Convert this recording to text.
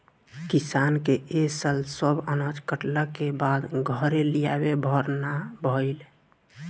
किसान के ए साल सब अनाज कटला के बाद घरे लियावे भर ना भईल